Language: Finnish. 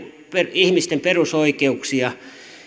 ihmisten perusoikeuksia